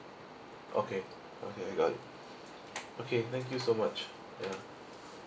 okay okay I got it okay thank you so much ya